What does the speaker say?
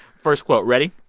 first quote. ready?